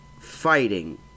fighting